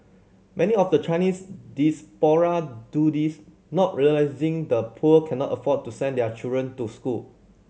many of the Chinese diaspora do this not realising the poor cannot afford to send their children to school